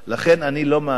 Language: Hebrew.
לכן אני לא מאמין